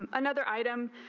um another item